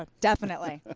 ah definitely.